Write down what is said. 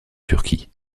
turquie